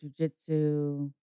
jujitsu